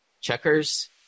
checkers